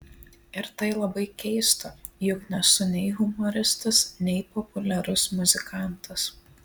ir tai labai keista juk nesu nei humoristas nei populiarus muzikantas